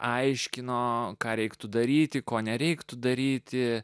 aiškino ką reiktų daryti ko nereiktų daryti